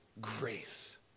grace